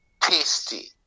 tasty